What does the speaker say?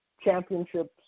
championships